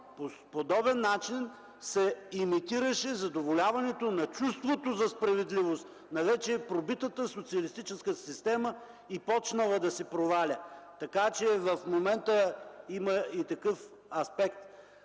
по подобен начин се инициираше задоволяването на чувството за справедливост на вече пробитата социалистическа система и започнала да се проваля, така че в момента има и такъв аспект.